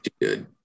good